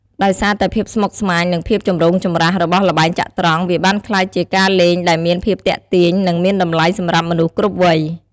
ដោយសារតែភាពស្មុគស្មាញ និងភាពចម្រូងចម្រាសរបស់ល្បែងចត្រង្គ វាបានក្លាយជាការលេងដែលមានភាពទាក់ទាញ និងមានតម្លៃសម្រាប់មនុស្សគ្រប់វ័យ។